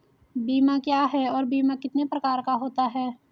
बीमा क्या है और बीमा कितने प्रकार का होता है?